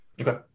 Okay